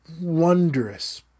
wondrous